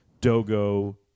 dogo